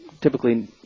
typically